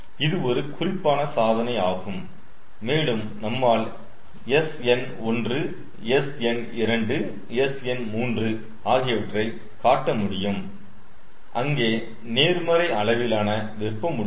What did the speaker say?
இது ஒரு குறிப்பான சாதனை ஆகும் மேலும் நம்மால் SN1 SN2 SN3 ஆகியவற்றை காட்ட முடியும் அங்கே நேர்மறை அளவிலான வெப்பம் உள்ளது